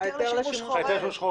ההיתר לשימוש חורג.